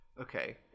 Okay